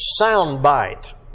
soundbite